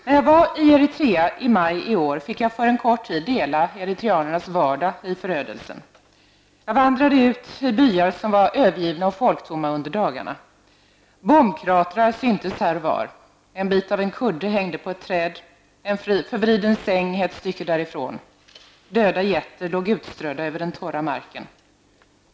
När jag var i Eritrea i maj i år fick jag för en kort tid dela eritreanernas vardag i förödelsen. Jag vandrade ut i byar som var övergivna och folktomma under dagarna. Bombkratrar syntes här och var. En bit av en kudde hängde på ett träd, en förvriden säng låg ett stycke därifrån. Döda getter låg utströdda över den torra marken.